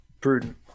prudent